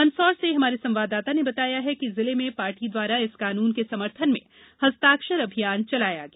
मंदसौर से हमारे संवाददाता ने बताया है कि जिले में पार्टी द्वारा इस कानून के समर्थन में हस्ताक्षर अभियान चलाया गया